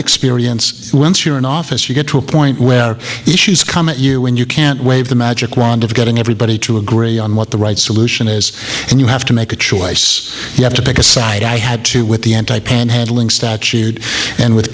experience once you're in office you get to a point where issues come at you when you can't wave the magic wand of getting everybody to agree on what the right solution is and you have to make a choice you have to pick a side i had to with the end and handling statute and with